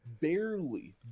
barely